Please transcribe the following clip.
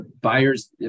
buyers